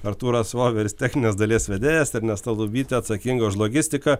artūras voveris techninės dalies vedėjas ernesta lubytė atsakinga už logistiką